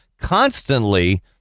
constantly